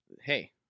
Hey